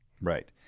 Right